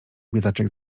biedaczek